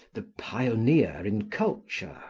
the pioneer in culture